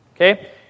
Okay